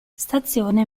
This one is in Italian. stazione